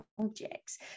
objects